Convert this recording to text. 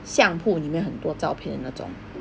相扑里面很多照片那种